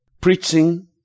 preaching